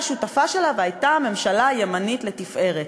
שותפה שלה והייתה ממשלה ימנית לתפארת.